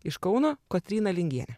iš kauno kotryna lingienė